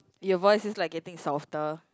your voice is like getting softer